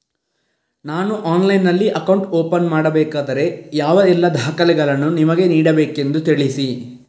ನಾನು ಆನ್ಲೈನ್ನಲ್ಲಿ account open ಮಾಡಬೇಕಾದರೆ ಯಾವ ಎಲ್ಲ ದಾಖಲೆಗಳನ್ನು ನಿಮಗೆ ನೀಡಬೇಕೆಂದು ತಿಳಿಸಿ?